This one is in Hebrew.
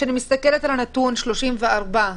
כשאני מסתכלת על נתון של 34%,